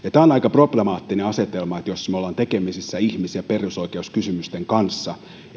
tämä on aika problemaattinen asetelma jos me olemme tekemisissä ihmis ja perusoikeuskysymysten kanssa että